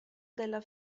della